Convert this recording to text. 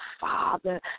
Father